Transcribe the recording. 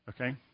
Okay